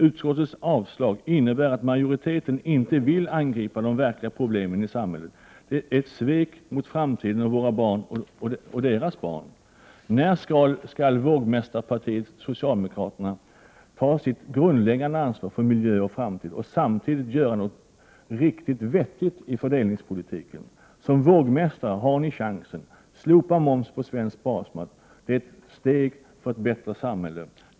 Utskottets avslag innebär att majoriteten inte vill angripa de verkliga problemen i samhället. Det är ett svek mot framtiden, våra barn och deras barn. När skall vågmästarpartiet socialdemokraterna ta sitt grundläggande ansvar för miljö och framtid och samtidigt göra något riktigt vettigt i fördelningspolitiken? Som vågmästare har ni chansen. Slopa moms på svensk basmat. Det är ett steg mot ett bättre samhälle.